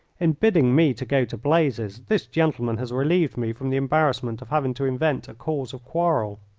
in bidding me to go to blazes this gentleman has relieved me from the embarrassment of having to invent a cause of quarrel.